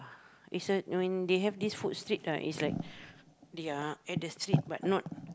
is uh when they have this food street right is like they are at the street but not